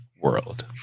world